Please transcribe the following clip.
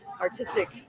artistic